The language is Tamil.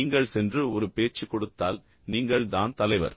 நீங்கள் சென்று பின்னர் ஒரு பேச்சு கொடுத்தால் நீங்கள் தான் தலைவர்